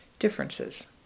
differences